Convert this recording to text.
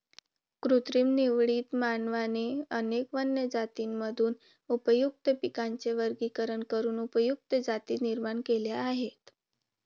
कृत्रिम निवडीत, मानवाने अनेक वन्य जातींमधून उपयुक्त पिकांचे वर्गीकरण करून उपयुक्त जाती निर्माण केल्या आहेत